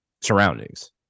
surroundings